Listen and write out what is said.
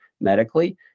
medically